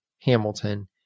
Hamilton